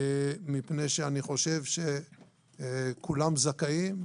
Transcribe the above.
מפני שאני חושב שכולם זכאים.